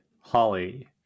Holly